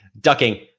Ducking